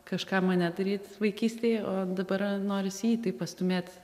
kažką mane daryt vaikystėje o dabar norisi jį taip pastūmėt